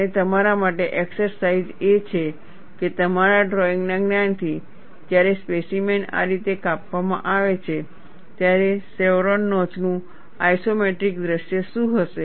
અને તમારા માટે એક્સરસાઈઝ એ છે કે તમારા ડ્રોઇંગના જ્ઞાનથી જ્યારે સ્પેસીમેન આ રીતે કાપવામાં આવે છે ત્યારે શેવરોન નોચનું આઇસોમેટ્રિક દૃશ્ય શું હશે